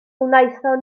wnaethon